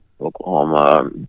Oklahoma